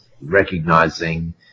recognizing